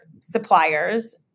suppliers